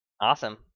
Awesome